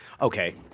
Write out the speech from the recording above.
Okay